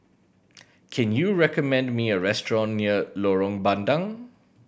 can you recommend me a restaurant near Lorong Bandang